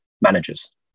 managers